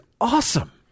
awesome